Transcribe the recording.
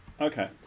Okay